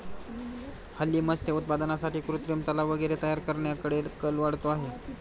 हल्ली मत्स्य उत्पादनासाठी कृत्रिम तलाव वगैरे तयार करण्याकडे कल वाढतो आहे